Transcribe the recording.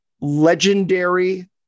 legendary